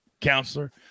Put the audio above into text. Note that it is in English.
counselor